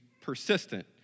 persistent